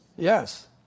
Yes